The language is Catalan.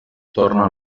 torna